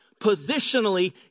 positionally